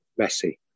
Messi